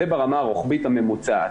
זה ברמה הרוחבית הממוצעת.